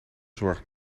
zorg